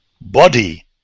body